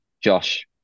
josh